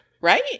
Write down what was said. Right